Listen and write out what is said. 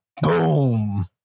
boom